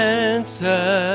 answer